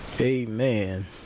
Amen